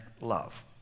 love